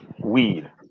weed